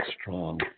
strong